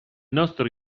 nostro